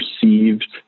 perceived